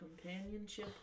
companionship